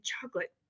chocolate